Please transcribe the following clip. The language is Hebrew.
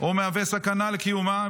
או מהווה סכנה לקיומה.